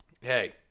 Hey